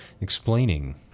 explaining